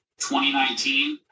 2019